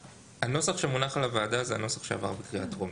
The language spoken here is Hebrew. הנוסח שמונח לוועדה זה הנוסח שעבר בקריאה טרומית.